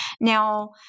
Now